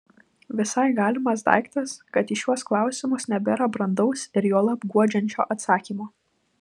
visai galimas daiktas kad į šiuos klausimus nebėra brandaus ir juolab guodžiančio atsakymo